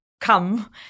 come